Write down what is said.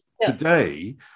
today